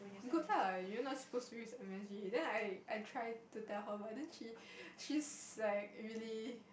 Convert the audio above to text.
good lah you are not supposed to use M_S_G then I I try to tell her but then she she's like really